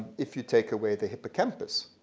if you take away the hippocampus,